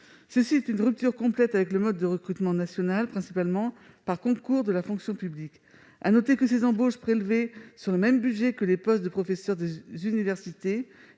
s'agit d'une rupture complète avec le mode de recrutement national, qui passe principalement par concours de la fonction publique. Il faut noter que ces embauches, prélevées sur le même budget que les postes de professeurs des universités